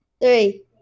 three